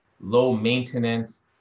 low-maintenance